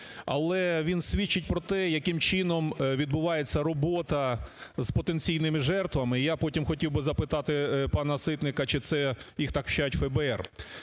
але він свідчить про те, яким чином відбувається робота з потенційними жертвами. І я потім хотів би запитати пана Ситника, чи це їх так вчать ФБР.